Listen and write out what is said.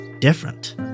different